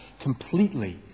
completely